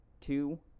two